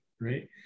right